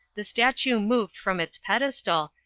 the statue moved from its pedes tal,